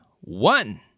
one